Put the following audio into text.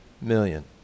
million